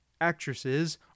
actresses